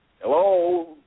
hello